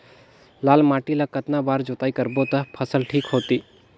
लाल माटी ला कतना बार जुताई करबो ता फसल ठीक होती?